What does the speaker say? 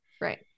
right